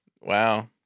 wow